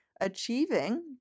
achieving